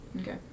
Okay